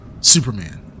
superman